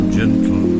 gentle